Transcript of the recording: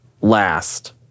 last